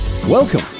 Welcome